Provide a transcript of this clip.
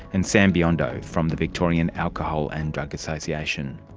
and sam biondo from the victorian alcohol and drug association.